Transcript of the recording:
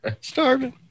Starving